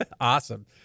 Awesome